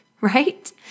right